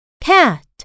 cat